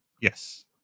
Yes